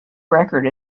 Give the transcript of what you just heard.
record